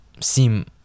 seem